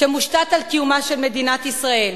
שמושתת על קיומה של מדינת ישראל,